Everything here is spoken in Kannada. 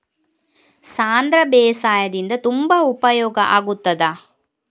ಸಾಂಧ್ರ ಬೇಸಾಯದಿಂದ ತುಂಬಾ ಉಪಯೋಗ ಆಗುತ್ತದಾ?